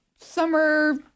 summer